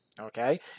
Okay